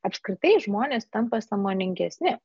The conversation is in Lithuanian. apskritai žmonės tampa sąmoningesni